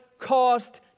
cost